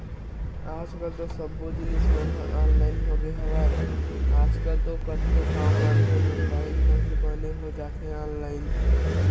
आज कल सब्बो जिनिस मन ह ऑनलाइन होगे हवय, आज कल तो कतको काम मन ह मुबाइल म ही बने हो जाथे ऑनलाइन